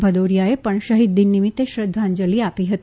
ભદોરીયાએ પણ શહીદ દિન નિમિત્તે શ્રધ્ધાંજલિ આપી હતી